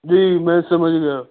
جی میں سمجھ گیا